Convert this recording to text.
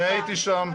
אני הייתי שם.